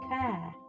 care